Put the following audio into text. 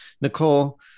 Nicole